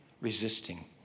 resisting